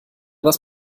das